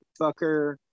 fucker